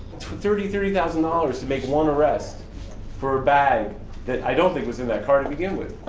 thirty, thirty thousand dollars to make one arrest for a bag that i don't think was in that car to begin with.